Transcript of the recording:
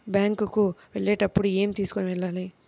Bank కు వెళ్ళేటప్పుడు ఏమి తీసుకొని వెళ్ళాలి?